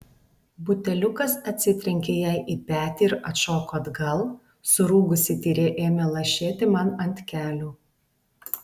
buteliukas atsitrenkė jai į petį ir atšoko atgal surūgusi tyrė ėmė lašėti man ant kelių